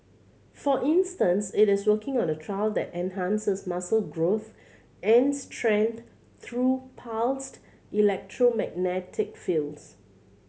for instance it is working on a trial that enhances muscle growth and strength through pulsed electromagnetic fields